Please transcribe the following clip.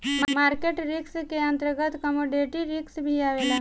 market risk के अंतर्गत commodity risk भी आवेला